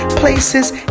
Places